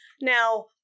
Now